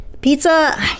Pizza